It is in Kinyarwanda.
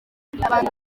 abantu